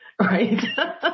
right